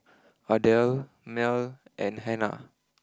Ardelle Merl and Hanna